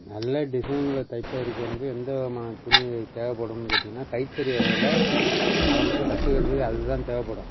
நல்ல டிசைனிங்ல தைப்பதற்கு வந்து எந்த விதமான துணியை தேவைப்படும்னு கேட்டிங்கனால் கைத்தறி வகையில் ஆரம்பத்தில் கத்துக்கிறதுக்கு அதுதான் தேவைப்படும்